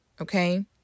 okay